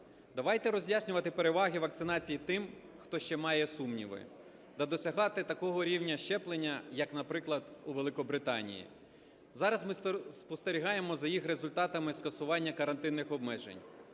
Давайте роз'яснювати переваги вакцинації тим, хто ще має сумніви, та досягати такого рівня щеплення, як, наприклад, у Великобританії. Зараз ми спостерігаємо за їх результатами скасування карантинних обмежень,